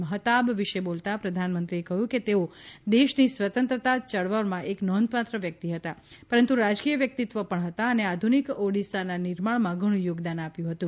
મહતાબ વિશે બોલતાં પ્રધાનમંત્રીએ કહ્યું કે તેઓ દેશની સ્વતંત્રતા યળવળમાં એક નોંધપાત્ર વ્યક્તિ હતા પરંતુ રાજકીય વ્યક્તિત્વ પણ હતા અને આધુનિક ઓડિશાના નિર્માણમાં ઘણું યોગદાન આપ્યું હતું